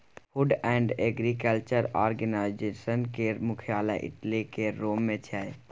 food and Agriculture Organization केर मुख्यालय Italy केर रोम मे छै